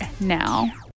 now